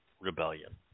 rebellion